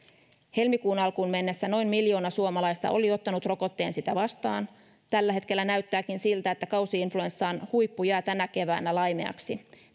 helmikuun alkuun mennessä noin miljoona suomalaista oli ottanut rokotteen sitä vastaan tällä hetkellä näyttääkin siltä että kausi influenssan huippu jää tänä keväänä laimeaksi